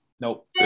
nope